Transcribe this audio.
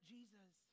Jesus